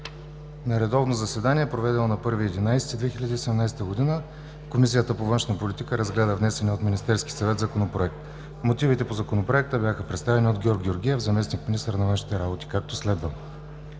На редовно заседание, проведено на 1 ноември 2017 г., Комисията по външна политика разгледа внесения от Министерския съвет Законопроект. Мотивите по Законопроекта бяха представени от Георг Георгиев – заместник-министър на външните работи, както следва: